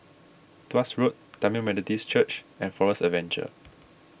Tuas Road Tamil Methodist Church and Forest Adventure